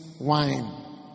wine